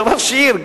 שראש עיר,